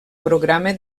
programa